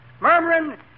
murmuring